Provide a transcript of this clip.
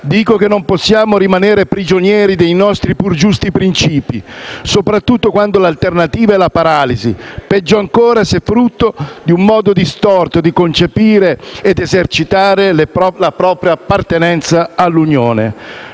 dico che non possiamo rimanere prigionieri dei nostri pur giusti principi, soprattutto quando l'alternativa è la paralisi, peggio ancora se è frutto di un modo distorto di concepire ed esercitare la propria appartenenza all'Unione.